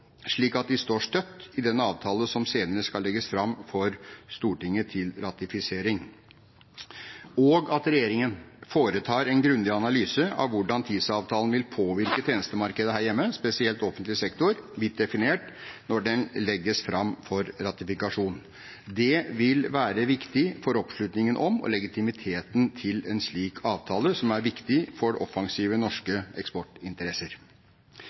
slik at de står støtt i den avtale som senere skal legges fram for Stortinget til ratifisering, og at regjeringen foretar en grundig analyse av hvordan TISA-avtalen vil påvirke tjenestemarkedet her hjemme, spesielt offentlig sektor – vidt definert – når den legges fram for ratifikasjon. Det vil være viktig for oppslutningen om og legitimiteten til en slik avtale, som er viktig for offensive norske eksportinteresser.